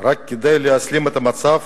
רק כדי להסלים את המצב,